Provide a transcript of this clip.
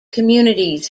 communities